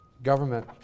government